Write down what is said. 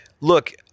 Look